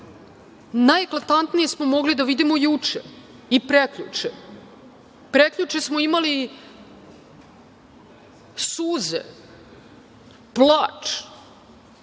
najeklatantnije smo mogli da vidimo juče i prekjuče. Prekjuče smo imali suze, plač,